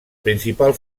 principal